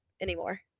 anymore